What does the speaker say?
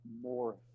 more